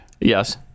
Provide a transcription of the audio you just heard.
Yes